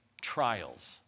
trials